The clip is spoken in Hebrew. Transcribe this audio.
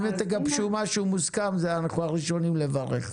אם תגבשו משהו מוסכם אנחנו נהיה הראשונים לברך.